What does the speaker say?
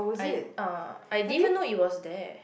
I uh I didn't even know it was there